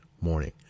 morning